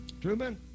Truman